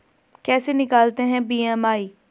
कैसे निकालते हैं बी.एम.आई?